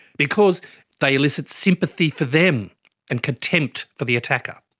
because they elicit sympathy for them and contempt for the attacker.